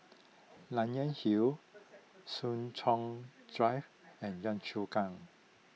Nanyang Hill Soo Chow Drive and Yio Chu Kang